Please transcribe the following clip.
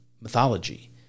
mythology